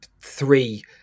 three